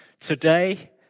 today